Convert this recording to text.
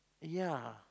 ya